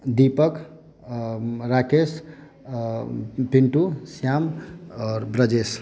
दीपक राकेश पिन्टू श्याम आओर ब्रजेश